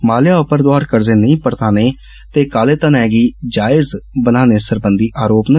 माल्या उप्पर दोआर कर्जे नेई परताने ते कालै धनै गी जायज बनाने सरबंधी आरोप न